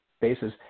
basis